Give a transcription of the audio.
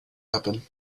happen